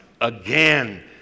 again